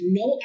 no